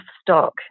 stock